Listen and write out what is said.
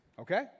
okay